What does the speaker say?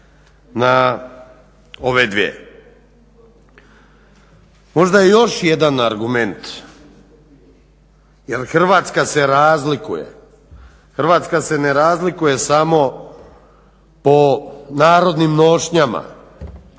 na ove dvije. Možda još jedan argument jer Hrvatska se razlikuje, Hrvatska se ne razlikuje samo po narodnim nošnjama,